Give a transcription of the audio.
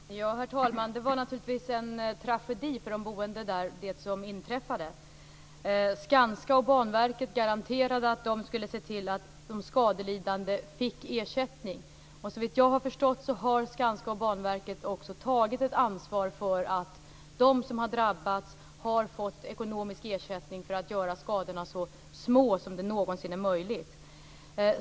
Herr talman! Det som inträffade var naturligtvis en tragedi för de boende. Skanska och Banverket garanterade att de skulle se till att de skadelidande fick ersättning. Såvitt jag har förstått har Skanska och Banverket också tagit sitt ansvar. De som har drabbats har fått ekonomisk ersättning för att göra skadorna så små som det någonsin är möjligt.